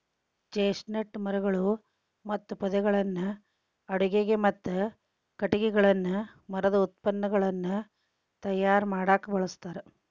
chestnut ಮರಗಳು ಮತ್ತು ಪೊದೆಗಳನ್ನ ಅಡುಗಿಗೆ, ಮತ್ತ ಕಟಗಿಗಳನ್ನ ಮರದ ಉತ್ಪನ್ನಗಳನ್ನ ತಯಾರ್ ಮಾಡಾಕ ಬಳಸ್ತಾರ